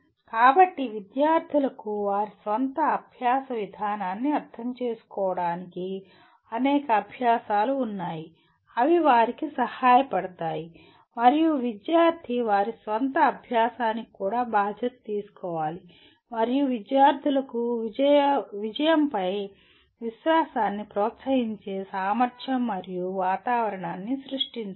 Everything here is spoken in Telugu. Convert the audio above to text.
కాబట్టి విద్యార్థులకు వారి స్వంత అభ్యాస విధానాన్ని అర్థం చేసుకోవడానికి అనేక అభ్యాసాలు ఉన్నాయి అవి వారికి సహాయపడతాయి మరియు విద్యార్థి వారి స్వంత అభ్యాసానికి కూడా బాధ్యత తీసుకోవాలి మరియు విద్యార్థులకు విజయ పై విశ్వాసాన్ని ప్రోత్సహించే సామర్థ్యం మరియు వాతావరణాన్ని సృష్టించాలి